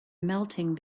melting